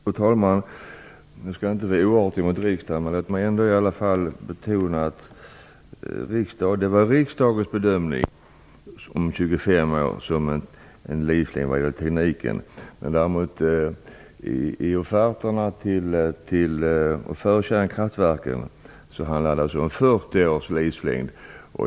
Fru talman! Jag skall inte vara oartig mot riksdagen, men låt mig betona att det var riksdagen som gjorde bedömningen om en teknisk livslängd om 25 år men att det i kärnkraftverkens offerter handlade om 40 års livslängd.